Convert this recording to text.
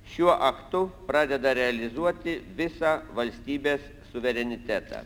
šiuo aktu pradeda realizuoti visą valstybės suverenitetą